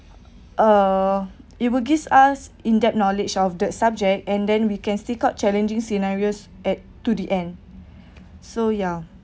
uh it will give us in that knowledge of the subject and then we can stick out challenging scenarios at to the end so ya